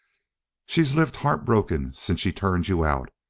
she's lived heartbroken since she turned you out.